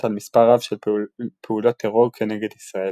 על מספר רב של פעולות טרור כנגד ישראל.